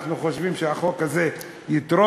אנחנו חושבים שהחוק הזה יתרום,